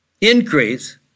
Increase